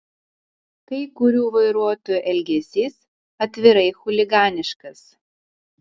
kai kurių vairuotojų elgesys atvirai chuliganiškas